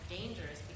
dangerous